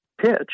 pitch